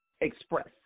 express